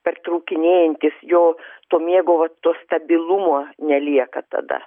pertraukinėjantis jo to miego va to stabilumo nelieka tada